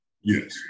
Yes